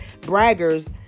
braggers